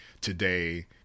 today